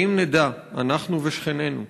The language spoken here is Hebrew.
האם נדע, אנחנו ושכנינו,